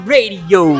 Radio